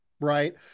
Right